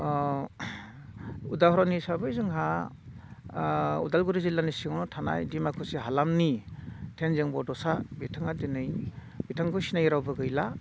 उदाहरन हिसाबै जोंहा उदालगुरि जिल्लानि सिङाव थानाय डिमाकुसि हालामनि थेनजिं बड'सा बिथाङा दिनै बिथांखौ सिनायि रावबो गैला